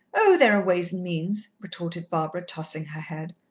oh, there are ways and means, retorted barbara, tossing her head.